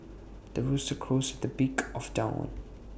the rooster crows at the break of dawn